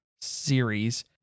series